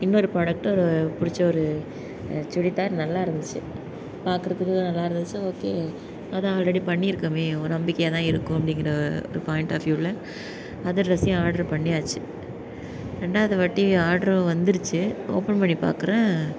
இன்னொரு ப்ராடக்ட்டு பிடிச்ச ஒரு சுடிதார் நல்லா இருந்துச்சு பார்க்குறதுக்கு நல்லா இருந்துச்சு ஓகே அதான் ஆல்ரெடி பண்ணிருக்கமே ஒரு நம்பிக்கையாக தான் இருக்கும் அப்படிங்கிற ஒரு பாய்ண்ட் ஆஃப் வியூல அந்த ட்ரெஸ்ஸையும் ஆர்ட்ரு பண்ணியாச்சு ரெண்டாவதுவாட்டி ஆர்ட்ரும் வந்துருச்சு ஓப்பன் பண்ணி பார்க்குறேன்